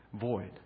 void